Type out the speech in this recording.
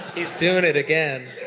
he's doing it again.